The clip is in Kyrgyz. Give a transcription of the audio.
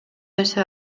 нерсе